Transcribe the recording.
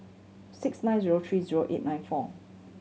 six nine zero three zero eight nine four